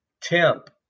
temp